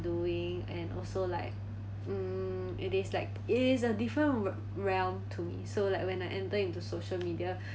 doing and also like mm it is like it is a different realm to me so like when I enter into social media